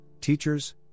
teachers